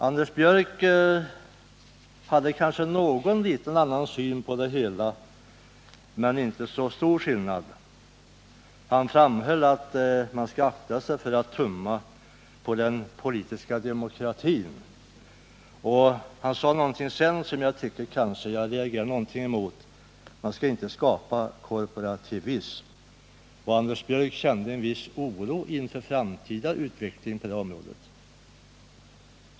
Anders Björck hade kanske en något annan syn på det hela, men det var inte så stor skillnad. Han framhöll att man skall akta sig för att tumma på den politiska demokratin. Han sade någonting sedan som jag reagerade litet emot: Man skall inte skapa korporativism. Han kände en viss oro inför en framtida utveckling på det här området.